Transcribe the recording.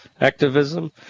activism